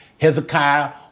Hezekiah